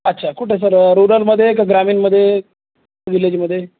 अच्छा कुठं सर रुरलमध्ये का ग्रामीणमध्ये विलेजमध्ये